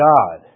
God